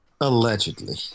allegedly